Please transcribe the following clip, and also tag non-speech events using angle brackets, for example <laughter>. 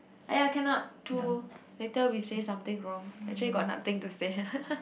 !aiya! cannot too later we say something wrong actually got nothing to say <laughs>